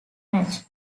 match